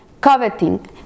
coveting